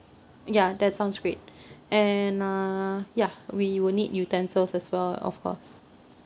ya that sounds great and uh yeah we will need utensils as well of course